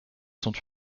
sont